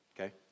Okay